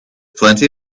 plenty